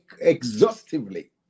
exhaustively